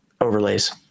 overlays